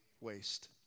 waste